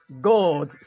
God